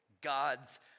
God's